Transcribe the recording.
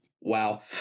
Wow